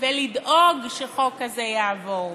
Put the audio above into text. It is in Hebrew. ולדאוג שחוק כזה יעבור.